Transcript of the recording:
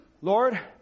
Lord